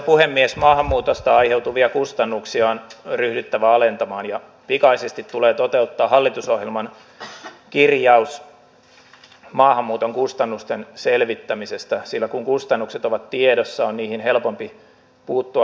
maahanmuutosta aiheutuvia kustannuksia on ryhdyttävä alentamaan ja pikaisesti tulee toteuttaa hallitusohjelman kirjaus maahanmuuton kustannusten selvittämisestä sillä kun kustannukset ovat tiedossa on niihin helpompi puuttua lainsäädännöllisin keinoin